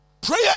Prayer